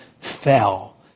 fell